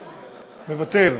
מוותר.